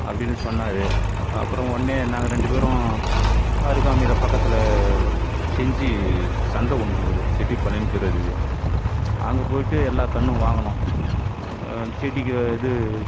அப்படின்னு சொன்னார் அப்புறம் உடனே நாங்கள் ரெண்டு பேரும் அருகாமையில் பக்கத்தில் செஞ்சு சந்தை ஒன்றிருக்குது செட்டிபாளையம்னு பேர் அதுக்கு அங்கே போய்விட்டு எல்லா கன்றும் வாங்கினோம் செடிக்கு இது